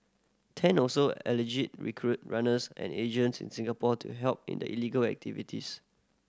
Tan also allegedly recruited runners and agents in Singapore to help in the illegal activities